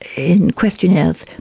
in questionnaires,